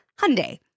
Hyundai